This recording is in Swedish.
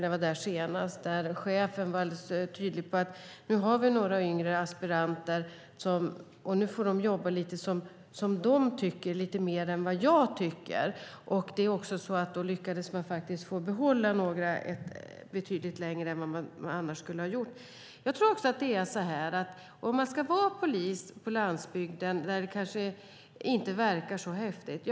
När jag var där senast fanns det några yngre aspiranter, och chefen var tydlig med att de skulle få jobba som de själva tyckte lite mer än vad han tyckte. Då lyckades man få behålla några betydligt längre än vad som annars varit fallet. Att vara polis på landsbygden kanske inte verkar så häftigt.